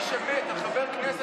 עלה לכאן,